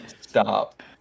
stop